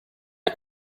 hat